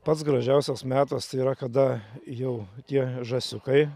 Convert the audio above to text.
pats gražiausias metas tai yra kada jau tie žąsiukai